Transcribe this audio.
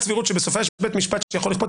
סבירות שבסופה יש בית משפט שיכול לכפות,